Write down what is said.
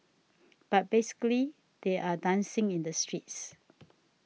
but basically they're dancing in the streets